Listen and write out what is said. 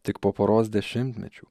tik po poros dešimtmečių